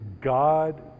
God